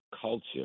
culture